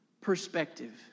perspective